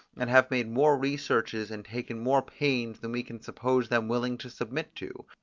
and have made more researches and taken more pains, than we can suppose them willing to submit to.